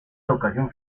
educación